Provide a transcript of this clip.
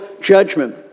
judgment